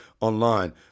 online